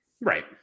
Right